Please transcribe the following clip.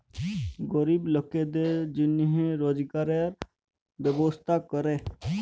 গরিব লকদের জনহে রজগারের ব্যবস্থা ক্যরে